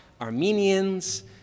Armenians